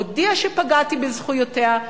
הודיעה שפגעתי בזכויותיה,